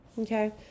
okay